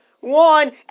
one